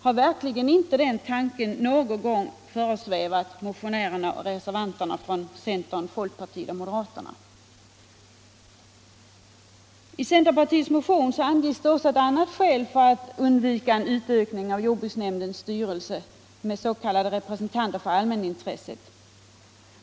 Har den tanken verkligen inte någon gång föresvävat motionärerna och reservanterna från centern, folkpartiet och moderaterna? I centerpartiets motion anges också ett annat skäl för att undvika utökning av jordbruksnämndens styrelse med s.k. representanter för all mänintresset.